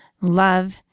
love